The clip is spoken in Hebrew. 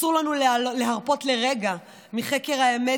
אסור לנו להרפות לרגע מחקר האמת,